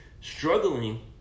struggling